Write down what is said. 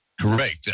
Correct